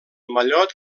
mallot